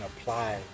apply